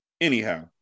Anyhow